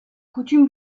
coutume